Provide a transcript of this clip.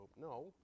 No